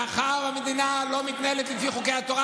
מאחר שהמדינה לא מתנהלת לפי חוקי התורה,